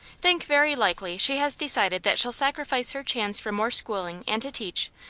think very likely she has decided that she'll sacrifice her chance for more schooling and to teach,